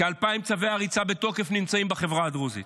כ-2,000 צווי הריסה בתוקף נמצאים בחברה הדרוזית.